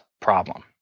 problem